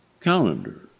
calendar